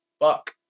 fuck